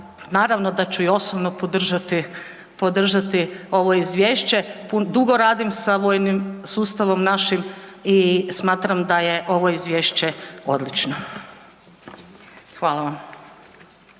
Naravno da ću i osobno podržati ovo izvješće, dugo radim sa vojnim sustavom našim i smatram da je ovo izvješće odlično. Hvala vam.